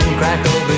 crackle